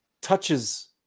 touches